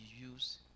use